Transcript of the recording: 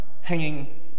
hanging